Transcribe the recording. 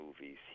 movies